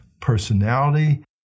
personality